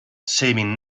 shaving